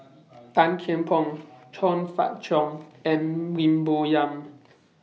Tan Kian Por Chong Fah Cheong and Lim Bo Yam